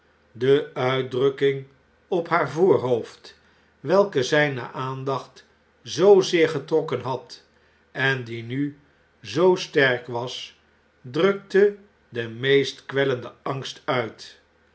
de uitdrukking op haar voorhoofd welke zjjne aandacht zoozeer getrokken had en die nu zoo sterk was drukte den meest kwellenden angst uit